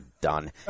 done